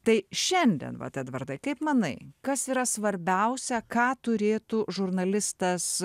tai šiandien vat edvardai kaip manai kas yra svarbiausia ką turėtų žurnalistas